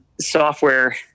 software